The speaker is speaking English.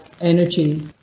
energy